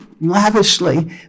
lavishly